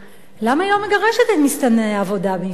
למה היא לא מגרשת את מסתנני העבודה בישראל?